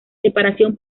separación